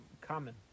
common